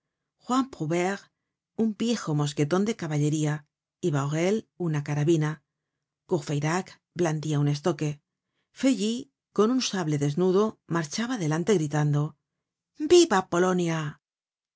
juan provairc un viejo mosqucton de caballería y bahorel una carabina courfeyrac blandia un estoque feuilly con un sable desnudo marchaba delante gritando viva polonia